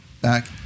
back